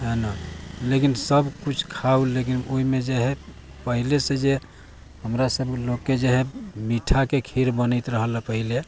है ने लेकिन सब किछु खाउ लेकिन ओहिमे जे हइ पहिले से जे हमरा सब लोककेँ जे हइ मीठाके खीर बनैत रहल हँ पहिले